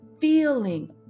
feeling